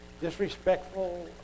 disrespectful